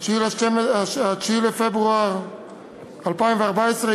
9 בפברואר 2014,